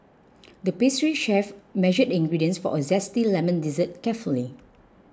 the pastry chef measured the ingredients for a Zesty Lemon Dessert carefully